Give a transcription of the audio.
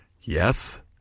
yes